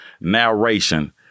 narration